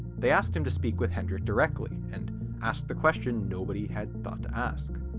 they asked him to speak with hendrik directly and ask the question nobody had thought to ask